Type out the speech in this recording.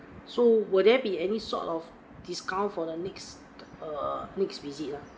so will there be any sort of discount for the next err next visit lah